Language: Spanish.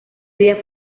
día